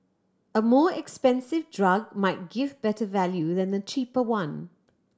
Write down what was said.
a more expensive drug might give better value than a cheaper one